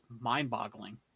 mind-boggling